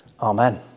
Amen